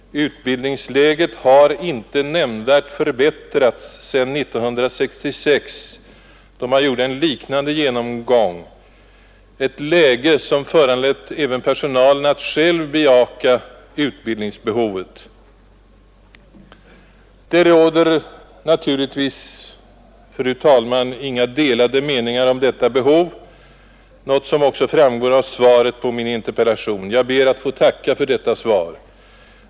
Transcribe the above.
Utbildningsläget har inte nämnvärt förbättrats sedan 1966, då man gjorde en liknande genomgång, ett läge som föranlett även personalen att själv bejaka utbildningsbehovet. Det råder naturligtvis, fru talman, inga delade meningar om detta behov, något som också framgår av svaret på min interpellation. Jag ber att få tacka för detta svar.